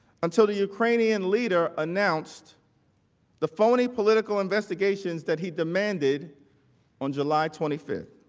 until the ukrainian leader announced the phony political investigations that he demanded on july twenty five.